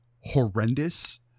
horrendous